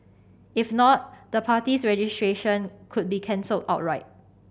if not the party's registration could be cancelled outright